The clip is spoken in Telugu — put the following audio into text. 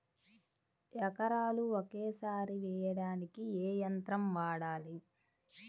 ఎకరాలు ఒకేసారి వేయడానికి ఏ యంత్రం వాడాలి?